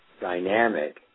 dynamic